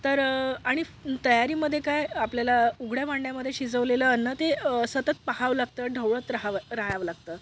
तर आणि तयारीमध्ये काय आपल्याला उघड्या भांडण्यामध्ये शिजवलेलं अन्न ते सतत पहावं लागतं ढवळत राहावं राहावं लागतं